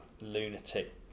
lunatic